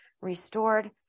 restored